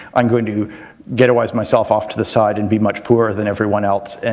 i'm going to ghettoize myself off to the side and be much poorer than everyone else, and